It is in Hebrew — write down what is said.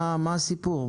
מה הסיפור?